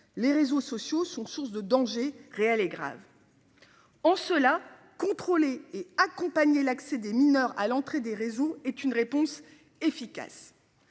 Les réseaux sociaux sont sources de danger réel et grave. En cela, contrôler et accompagner l'accès des mineurs à l'entrée des réseaux est une réponse efficace.